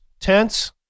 tense